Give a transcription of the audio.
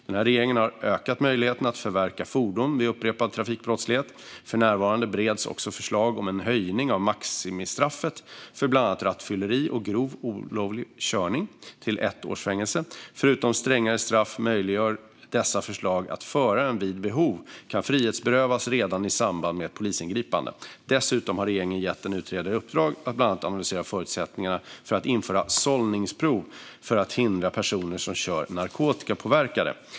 Den här regeringen har ökat möjligheterna att förverka fordon vid upprepad trafikbrottslighet. För närvarande bereds också förslag om en höjning av maximistraffet för bland annat rattfylleri och grov olovlig körning till ett års fängelse. Förutom strängare straff möjliggör dessa förslag att föraren vid behov kan frihetsberövas redan i samband med ett polisingripande. Dessutom har regeringen gett en utredare i uppdrag att bland annat analysera förutsättningarna för att införa sållningsprov för att hindra personer att köra narkotikapåverkade.